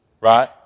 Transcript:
right